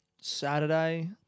Saturday